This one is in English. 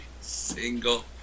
single